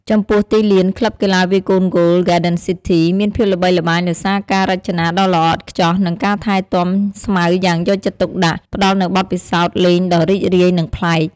ចំពោះទីលាន ក្លឹបកីឡាវាយកូនហ្គោល ហ្គាដិនស៊ីធី មានភាពល្បីល្បាញដោយសារការរចនាដ៏ល្អឥតខ្ចោះ និងការថែទាំស្មៅយ៉ាងយកចិត្តទុកដាក់ ផ្ដល់នូវបទពិសោធន៍លេងដ៏រីករាយ និងប្លែក។